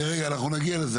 רגע רגע אנחנו נגיע לזה.